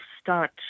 start